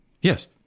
Yes